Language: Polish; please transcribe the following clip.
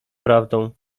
prawdą